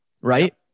right